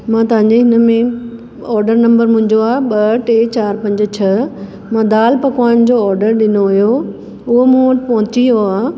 मां तव्हांजे हिन में ऑडर नंम्बर मुंहिंजो आहे ॿ टे चार पंज छह मां दाल पकवान जो ऑडर ॾिनो हुयो उहो मूं वटि पहुची वियो आहे